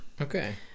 Okay